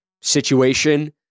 situation